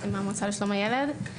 אני עורכת דין במועצה לשלום הילד.